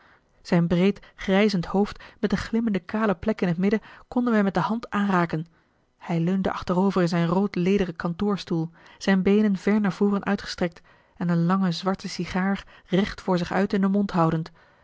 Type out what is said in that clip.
zijn breed grijzend hoofd met de glimmende kale plek in t midden konden wij met de hand aanraken hij leunde achterover in zijn rood lederen kantoorstoel zijn beenen ver naar voren uitgestrekt en een lange zwarte sigaar recht voor zich uit in den mond houdend